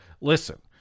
listen